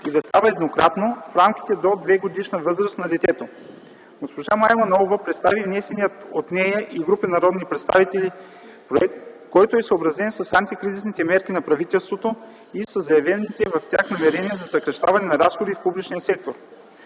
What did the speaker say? и да става еднократно, в рамките до двегодишна възраст на детето. Госпожа Мая Манолова представи и внесения от нея и група народни представители проект, който е съобразен с антикризисните мерки на правителството и със заявените в тях намерения за съкращаване на разходи в публичния сектор.